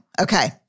okay